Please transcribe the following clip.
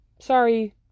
Sorry